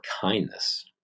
kindness